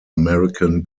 american